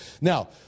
Now